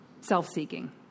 Self-seeking